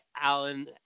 Alan